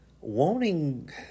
wanting